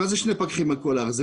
מה זה שני פקחים על כל הארץ?